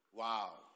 Wow